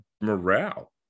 morale